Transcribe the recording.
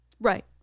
Right